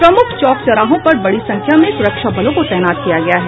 प्रमुख चौक चौराहों पर बड़ी संख्या में सुरक्षा बलों को तैनात किया गया है